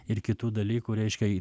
ir kitų dalykų reiškia